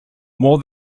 more